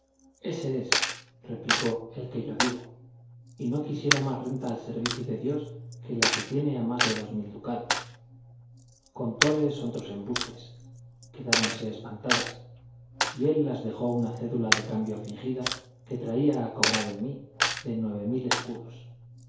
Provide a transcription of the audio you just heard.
ese es replicó el que yo digo y no quisiera más renta al servicio de dios que la que tiene a más de dos mil ducados contóles otros embustes quedáronse espantadas y él las dejó una cédula de cambio fingida que traía a cobrar en mí de nueve mil escudos